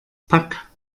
pack